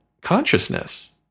consciousness